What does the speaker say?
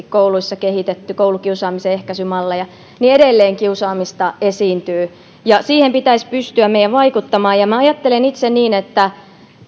kouluissa kehitetty koulukiusaamisen ehkäisymalleja kiusaamista esiintyy siihen pitäisi pystyä meidän vaikuttamaan ja minä ajattelen itse niin että